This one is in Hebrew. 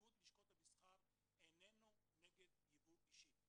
שאיגוד לשכות המסחר איננו נגד יבוא אישי.